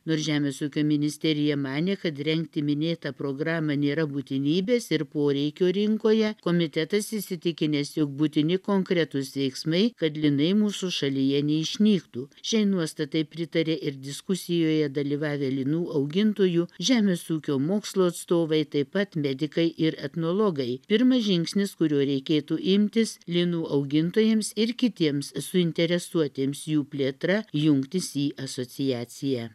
nors žemės ūkio ministerija manė kad rengti minėtą programą nėra būtinybės ir poreikio rinkoje komitetas įsitikinęs jog būtini konkretūs veiksmai kad linai mūsų šalyje neišnyktų šiai nuostatai pritarė ir diskusijoje dalyvavę linų augintojų žemės ūkio mokslo atstovai taip pat medikai ir etnologai pirmas žingsnis kurio reikėtų imtis linų augintojams ir kitiems suinteresuotiems jų plėtra jungtis į asociaciją